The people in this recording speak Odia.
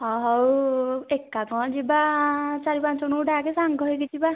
ହଁ ହଉ ଏକା କଣ ଯିବା ଚାରି ପାଞ୍ଚ ଜଣଙ୍କୁ ଡାକେ ସାଙ୍ଗ ହେଇକି ଯିବା